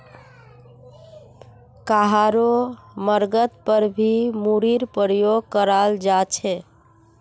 कहारो मर्गत पर भी मूरीर प्रयोग कराल जा छे